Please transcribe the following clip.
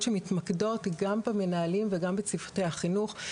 שמתמקדות גם במנהלים וגם בצוותי החינוך,